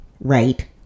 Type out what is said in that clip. right